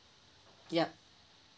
yup